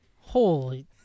Holy